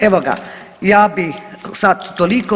Evo ga ja bih sada toliko.